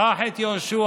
קח את יהושע.